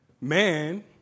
man